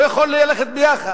זה לא יכול ללכת ביחד.